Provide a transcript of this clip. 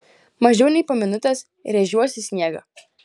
mažiau nei po minutės rėžiuosi į sniegą